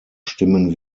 stimmen